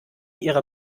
ihrer